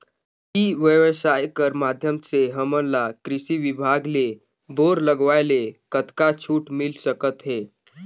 ई व्यवसाय कर माध्यम से हमन ला कृषि विभाग ले बोर लगवाए ले कतका छूट मिल सकत हे?